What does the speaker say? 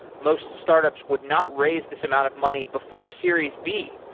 most startups would not raise this amount of money before series b,